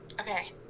Okay